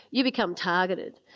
you become targeted.